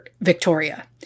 Victoria